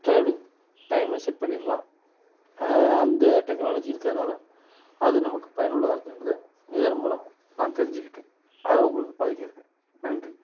travelling டைமை set பண்ணிடலாம் அந்த டெக்னாலஜி இருக்கிறதுனால அது நமக்கு பயனுள்ளதாக இருக்குன்றதை இதன் மூலம் நான் தெரிஞ்சுக்கிட்டேன் அதை உங்களுக்கு பகிர்கிறேன் நன்றி